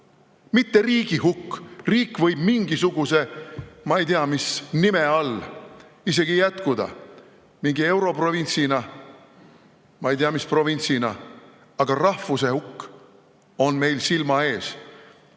Mitte riigi hukk, riik võib mingisuguse nime all isegi jätkuda, mingi europrovintsina, ma ei tea, mis provintsina, aga rahvuse hukk on meil silma